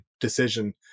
decision